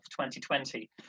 2020